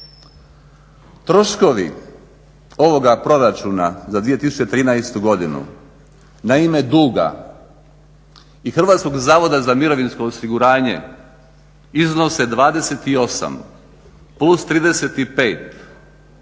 troškovi ovoga Proračuna za 2013. godinu na ime duga i Hrvatskog zavoda za mirovinsko osiguranje iznose 28 plus 35 jednako